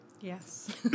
Yes